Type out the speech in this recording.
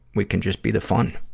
we can just be the fun,